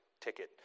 ticket